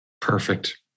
Perfect